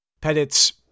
Pettit's